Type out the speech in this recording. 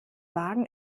wagen